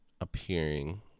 appearing